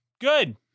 Good